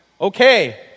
Okay